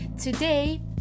today